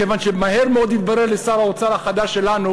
כיוון שמהר מאוד יתברר לשר האוצר החדש שלנו